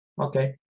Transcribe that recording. okay